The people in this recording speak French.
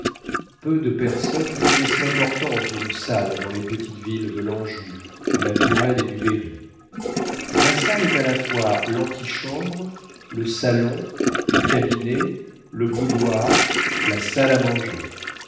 peu de personnes connaissent l'importance d'une salle dans les petites villes de l'anjou de la touraine et du berry la salle est à la fois l'antichambre le salon le cabinet le boudoir la salle à manger